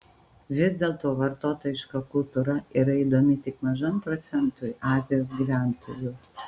vis dėlto vartotojiška kultūra yra įdomi tik mažam procentui azijos gyventojų